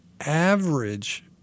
average